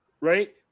Right